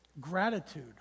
gratitude